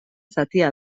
zatia